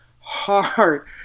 heart